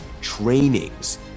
trainings